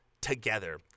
together